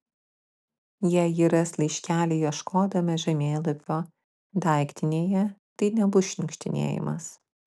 jei ji ras laiškelį ieškodama žemėlapio daiktinėje tai nebus šniukštinėjimas